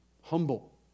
humble